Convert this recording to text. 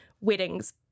weddings